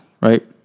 right